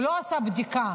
הוא לא עשה בדיקה